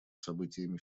событиями